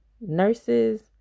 Nurses